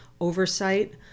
oversight